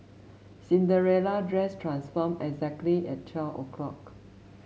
Cinderella dress transformed exactly at twelve o'clock